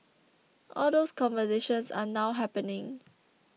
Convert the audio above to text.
all those conversations are now happening